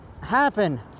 happen